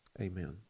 amen